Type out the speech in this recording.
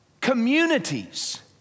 communities